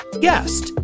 guest